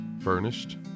furnished